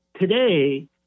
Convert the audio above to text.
today